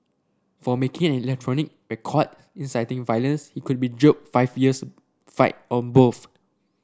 for making an electronic record inciting violence he could be jailed five years fined or both